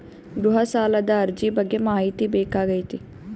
ಗೃಹ ಸಾಲದ ಅರ್ಜಿ ಬಗ್ಗೆ ಮಾಹಿತಿ ಬೇಕಾಗೈತಿ?